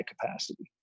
capacity